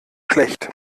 schlecht